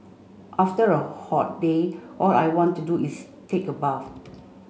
after a hot day all I want to do is take a bath